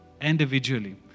individually